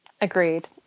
Agreed